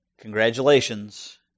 Congratulations